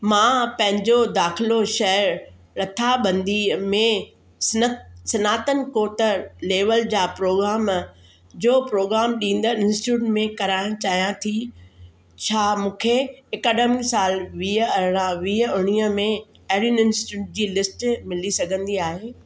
मां पंहिंजो दाख़िलो शहर रथाबंदी में स्न स्नातकोत्तर लेवल जा प्रोग्राम जो प्रोग्राम ॾींदड़ इन्स्टिट्यूट में कराइणु चाहियां थी छा मूंखे एकेडेमिक साल वीह अरिड़ाहं वीह उणवीह में अहिड़िन इन्सटूट जी लिस्ट मिली सघंदी आहे